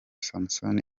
samson